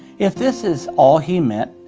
if this is all he meant,